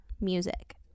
Music